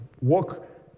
walk